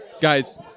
Guys